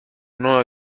nuevo